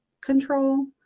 control